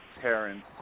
Terrence